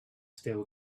still